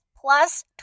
Plus